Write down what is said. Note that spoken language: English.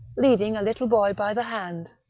leading a little boy by the hand.